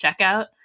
checkout